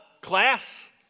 class